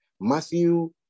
Matthew